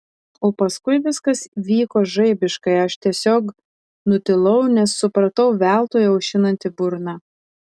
o paskui viskas vyko žaibiškai aš tiesiog nutilau nes supratau veltui aušinanti burną